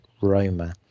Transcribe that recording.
Roma